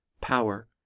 power